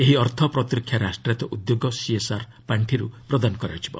ଏହି ଅର୍ଥ ପ୍ରତିରକ୍ଷା ରାଷ୍ଟ୍ରାୟତ୍ତ ଉଦ୍ୟୋଗ ସିଏସ୍ଆର୍ ପାଣ୍ଠିରୁ ପ୍ରଦାନ କରାଯିବ